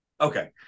Okay